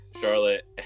Charlotte